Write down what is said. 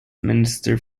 minister